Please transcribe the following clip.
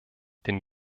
den